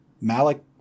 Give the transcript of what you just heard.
Malik